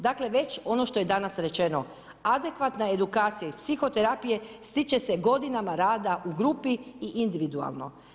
Dakle, već ono što je danas rečeno adekvatna edukacija iz psihoterapije stiče se godinama rada u grupi i individualno.